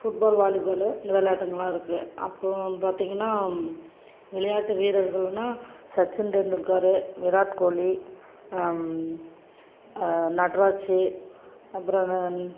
football volleyball இந்த விளையாட்டுங்கலாம் இருக்குது அப்புறம் பார்த்திங்கனா விளையாட்டு வீரர்கள்னால் சச்சின் டெண்டுல்கர் விராட் கோலி நட்ராஜ் அப்புறம்